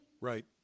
right